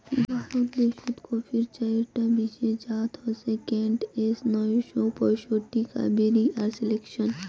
ভারত দেশ্ত কফির চাইরটা বিশেষ জাত হসে কেন্ট, এস নয়শো পঁয়ষট্টি, কাভেরি আর সিলেকশন